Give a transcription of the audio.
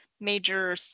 major